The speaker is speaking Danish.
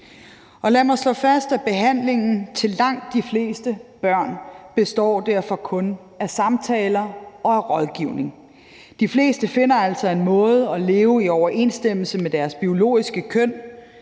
Lad mig slå fast, at behandlingen af langt de fleste børn derfor kun består af samtaler og rådgivning. De fleste finder altså en måde at leve i overensstemmelse med deres biologiske køn